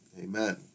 Amen